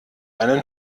einen